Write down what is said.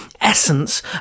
essence